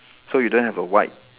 so you don't have a white